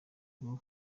rwo